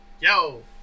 Yo